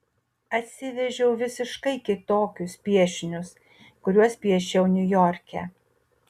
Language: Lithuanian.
atsivežiau visiškai kitokius piešinius kuriuos piešiau niujorke